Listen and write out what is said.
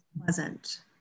pleasant